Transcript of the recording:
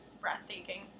breathtaking